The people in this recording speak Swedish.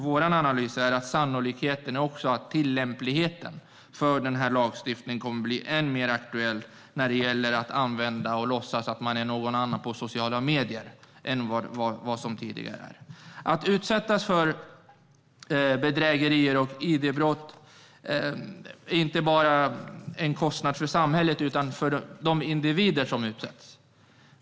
Vår analys är att sannolikheten också är att tillämpligheten för lagstiftningen kommer att bli mer aktuell när det gäller att låtsas att man är någon annan på sociala medier än vad som tidigare har varit. Att utsättas för bedrägerier och id-brott är inte bara en kostnad för samhället utan även för de individer som utsätts.